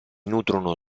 nutrono